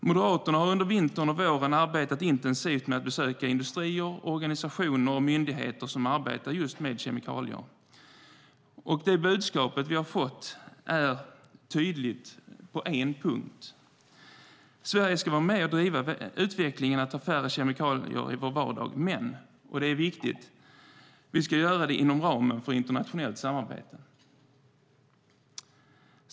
Moderaterna har under vintern och våren arbetat intensivt med att besöka industrier, organisationer och myndigheter som arbetar med kemikalier. Det budskap vi har fått är tydligt på en punkt. Sverige ska vara med och driva utvecklingen med att ha allt färre farliga kemikalier i vår vardag, men - och det är viktigt - vi ska göra det inom ramen för internationellt samarbete.